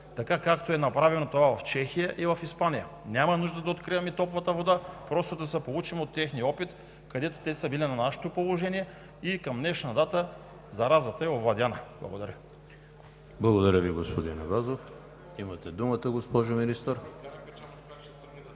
така както е направено това в Чехия и в Испания. Няма нужда да откриваме топлата вода, просто да се поучим от техния опит, където те са били на нашето положение и към днешна дата заразата е овладяна. Благодаря. МИНИСТЪР ДЕСИСЛАВА ТАНЕВА: Уважаеми господин